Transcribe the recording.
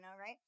right